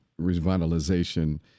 revitalization